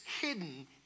hidden